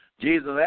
Jesus